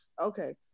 Okay